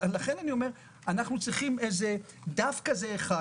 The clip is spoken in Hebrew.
אנחנו צריכים דף כזה אחד,